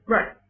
Right